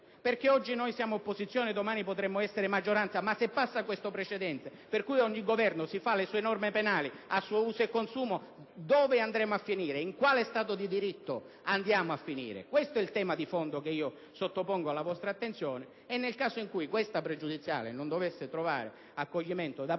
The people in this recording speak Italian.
infatti noi siamo opposizione e domani potremmo essere maggioranza, ma, se passa questo precedente per cui ogni Governo si fa le sue norme penali a suo uso e consumo, dove andremo a finire? In quale Stato di diritto andremo a finire? Questo è il tema di fondo che sottopongo alla vostra attenzione. Nel caso in cui la nostra pregiudiziale non dovesse trovare accoglimento da parte